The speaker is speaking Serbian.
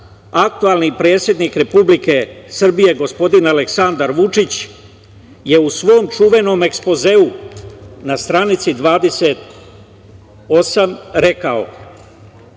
aktuelni predsednik Republike Srbije, gospodin Aleksandar Vučić, je u svom čuvenom Ekspozeu na stranici 28. rekao,